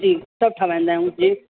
जी सभु ठाराहींदा आहियूं जी